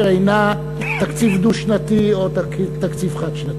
אינה תקציב דו-שנתי או תקציב חד-שנתי.